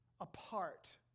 apart